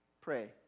pray